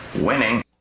winning